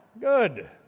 Good